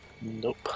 Nope